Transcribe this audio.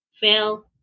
fail